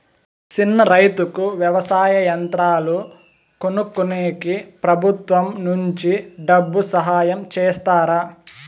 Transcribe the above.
చిన్న రైతుకు వ్యవసాయ యంత్రాలు కొనుక్కునేకి ప్రభుత్వం నుంచి డబ్బు సహాయం చేస్తారా?